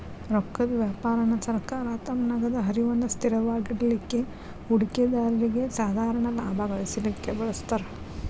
ರೊಕ್ಕದ್ ವ್ಯಾಪಾರಾನ ಸರ್ಕಾರ ತಮ್ಮ ನಗದ ಹರಿವನ್ನ ಸ್ಥಿರವಾಗಿಡಲಿಕ್ಕೆ, ಹೂಡಿಕೆದಾರ್ರಿಗೆ ಸಾಧಾರಣ ಲಾಭಾ ಗಳಿಸಲಿಕ್ಕೆ ಬಳಸ್ತಾರ್